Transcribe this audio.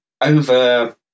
over